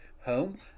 home